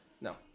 No